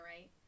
right